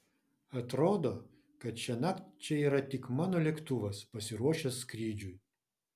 atrodo kad šiąnakt čia yra tik mano lėktuvas pasiruošęs skrydžiui